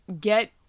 get